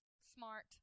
Smart